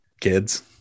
Kids